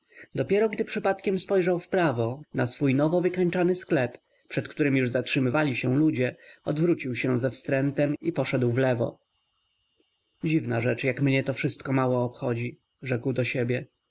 dopiero gdy przypadkiem spojrzał wprawo na swój nowo wykończany sklep przed którym już zatrzymywali się ludzie odwrócił się ze wstrętem i poszedł wlewo dziwna rzecz jak mnie to wszystko mało obchodzi rzekł do siebie